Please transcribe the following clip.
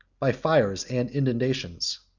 by fires and inundations.